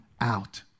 out